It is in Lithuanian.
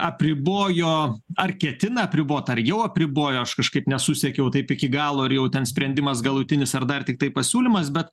apribojo ar ketina apribot ar jau apribojo aš kažkaip nesusekiau taip iki galo ar jau ten sprendimas galutinis ar dar tiktai pasiūlymas bet